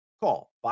Call